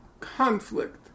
conflict